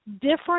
different